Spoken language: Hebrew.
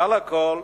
מעל הכול,